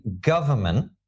government